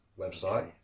website